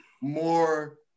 more